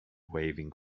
waving